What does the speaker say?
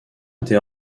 était